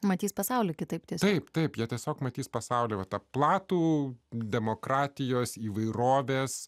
matys pasaulį kitaip kitaip taip jie tiesiog matys pasaulį va tą platų demokratijos įvairovės